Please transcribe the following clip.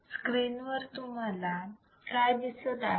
screen वर तुम्हाला काय दिसत आहे